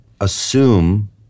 assume